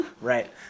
Right